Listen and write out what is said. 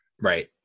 right